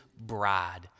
bride